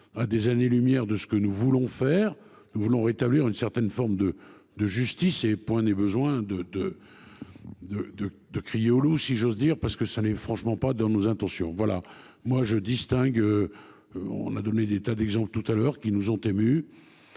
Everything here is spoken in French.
À des années lumière de ce que nous voulons faire, nous voulons rétablir une certaine forme de de justice et point n'est besoin de de. De, de, de crier au loup, si j'ose dire parce que ça n'est franchement pas dans nos intentions. Voilà moi je distingue. On a donné des tas d'exemples tout à l'heure qui nous ont émus.